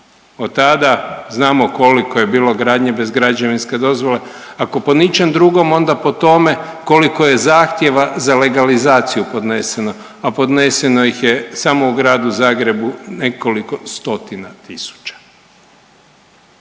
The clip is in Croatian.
Od tada znamo koliko je bilo gradnje bez građevinske dozvole ako po ničem drugom onda po tome koliko je zahtjeva za legalizaciju podneseno, a podneseno ih je samo u Gradu Zagrebu nekoliko stotina tisuća.